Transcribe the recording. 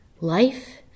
Life